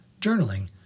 Journaling